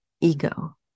ego